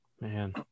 Man